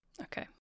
Okay